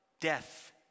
death